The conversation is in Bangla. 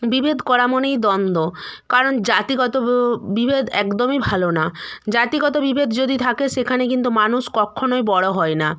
বিভেদ করা মনেই দ্বন্দ্ব কারণ জাতিগত বিভেদ একদমই ভালো না জাতিগত বিভেদ যদি থাকে সেখানে কিন্তু মানুষ কক্ষনোই বড়ো হয় না